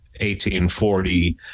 1840